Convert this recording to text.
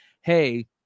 hey